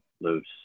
loose